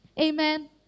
Amen